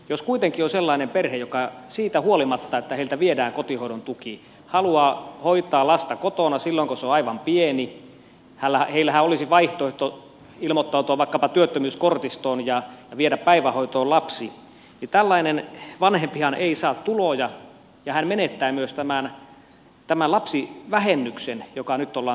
jos kuitenkin on sellainen perhe joka siitä huolimatta että heiltä viedään kotihoidon tuki haluaa hoitaa lasta kotona silloin kun se on aivan pieni heillähän olisi vaihtoehto ilmoittautua vaikkapa työttömyyskortistoon ja viedä päivähoitoon lapsi niin tällainen vanhempihan ei saa tuloja ja hän menettää myös tämän lapsivähennyksen joka nyt ollaan tuomassa